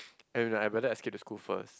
and I better escape the school first